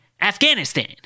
Afghanistan